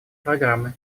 программы